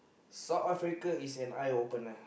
South Africa is an eye opener